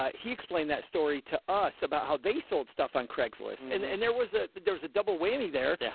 um he explained that story to us about how they sold stuff on craigslist and and there was a, there was a double whammy there. yeah